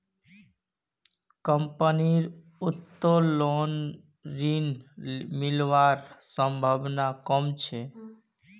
कंपनीर उत्तोलन ऋण मिलवार संभावना कम छ